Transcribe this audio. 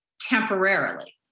temporarily